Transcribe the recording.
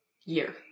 Year